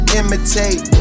imitate